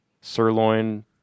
sirloin